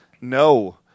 no